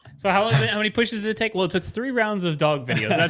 so how ah so how many pushes did it take? well, it took three rounds of dog videos.